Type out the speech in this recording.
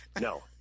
No